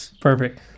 Perfect